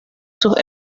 sus